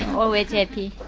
always happy.